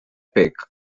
pic